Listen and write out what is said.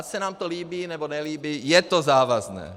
Ať se nám to líbí nebo nelíbí, je to závazné.